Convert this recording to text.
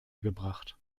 gebracht